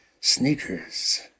sneakers